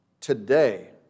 today